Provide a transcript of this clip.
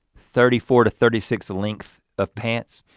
thirty four to thirty six the length of pants.